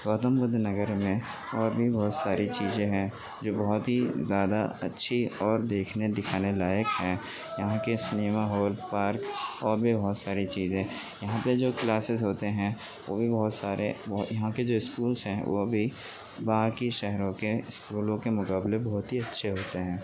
گوتم بدھ نگر میں اور بھی بہت ساری چیزیں ہیں جو بہت ہی زیادہ اچھی اور دیکھنے دکھانے لائق ہیں یہاں کے سینما ہال پارک اور بھی بہت ساری چیزیں یہاں پہ جو کلاسیس ہوتے ہیں وہ بھی بہت سارے یہاں کے جو اسکولس ہیں وہ بھی باقی شہروں کے اسکولوں کے مقابلے بہت ہی اچھے ہوتے ہیں